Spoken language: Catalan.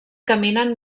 caminen